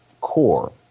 core